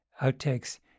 outtakes